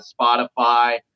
Spotify